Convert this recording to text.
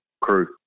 crew